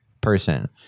person